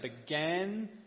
began